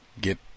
get